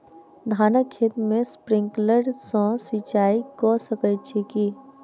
धानक खेत मे स्प्रिंकलर सँ सिंचाईं कऽ सकैत छी की?